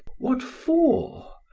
what for?